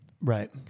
Right